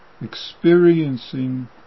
Experiencing